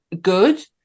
good